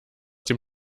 dem